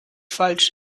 falsch